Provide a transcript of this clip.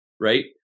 right